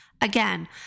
Again